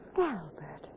Albert